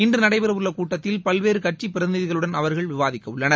இன்று நடைபெறவுள்ள கூட்டத்தில் பல்வேறு கட்சி பிரதிநிதிகளுடன் அவர்கள் விவாதிக்கவுள்ளனர்